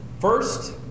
first